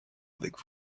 avec